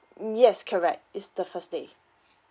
mm yes correct is the first day